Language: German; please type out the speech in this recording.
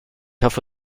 hoffe